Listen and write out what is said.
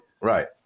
Right